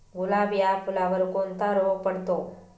गुलाब या फुलावर कोणता रोग पडतो?